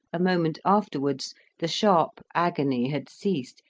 a moment afterwards the sharp agony had ceased,